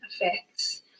effects